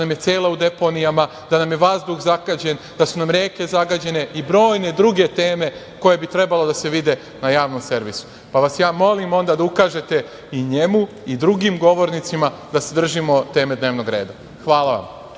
da nam je cela u deponijama, da nam je vazduh zagađen, da su nam reke zagađene i brojne druge teme koje bi trebalo da se vide na Javnom servisu. Molim vas da ukažete i njemu i drugim govornicima da se držimo teme dnevnog reda. Hvala vam. Ovih